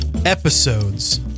Episodes